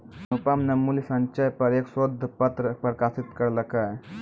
अनुपम न मूल्य संचय पर एक शोध पत्र प्रकाशित करलकय